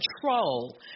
control